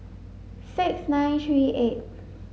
six nine three eight